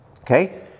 Okay